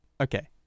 Okay